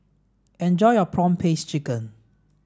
enjoy your prawn paste chicken